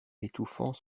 étouffant